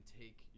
take